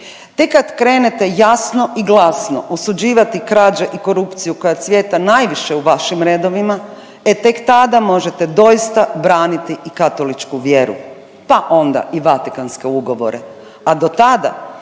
tek kad krenete jasno i glasno osuđivati krađe i korupciju koja cvjeta najviše u vašim redovima, e tek tada možete doista braniti i katoličku vjeru, pa onda i Vatikanske ugovore,